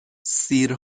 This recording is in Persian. سیر